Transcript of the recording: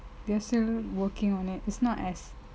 they are still working on it is not as